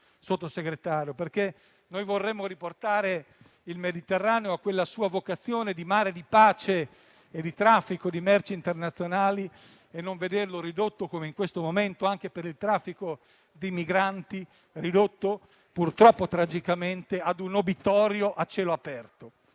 Sottosegretario, perché vorremmo riportare il Mediterraneo a quella sua vocazione di mare di pace e di traffico di merci internazionali e non vederlo ridotto, come in questo momento, anche per il traffico di migranti, purtroppo tragicamente ad un obitorio a cielo aperto.